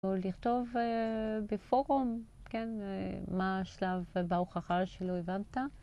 או לכתוב בפורום, כן, מה השלב בהוכחה שלא הבנת.